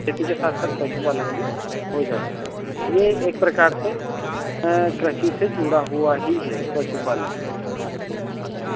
कृषि के साथ पशुपालन भी हो जाता है यह एक प्रकार से प्रकृति से जुड़ा हुआ ही है पशुपालन